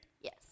Yes